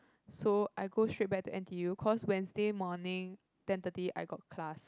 so I go straight back to n_t_u cause Wednesday morning ten thirty I got class